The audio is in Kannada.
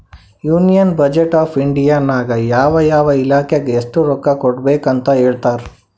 ಯೂನಿಯನ್ ಬಜೆಟ್ ಆಫ್ ಇಂಡಿಯಾ ನಾಗ್ ಯಾವ ಯಾವ ಇಲಾಖೆಗ್ ಎಸ್ಟ್ ರೊಕ್ಕಾ ಕೊಡ್ಬೇಕ್ ಅಂತ್ ಹೇಳ್ತಾರ್